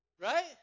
Right